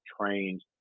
trained